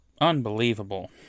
Unbelievable